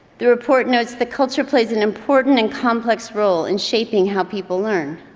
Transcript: the report notes the culture plays an important and complex role in shaping how people learn.